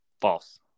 False